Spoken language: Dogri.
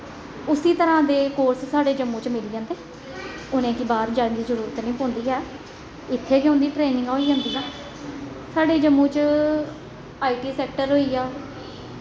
उसी तरह् दे कोर्स साढ़े जम्मू च मिली जंदे उ'नेंगी बाह्र जान दी जरूरत निं पौंदी ऐ इत्थें गै उं'दी ट्रेनिंगां होई जंदियां साढ़े जम्मू च आई टी सैक्टर होई गेआ